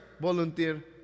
volunteer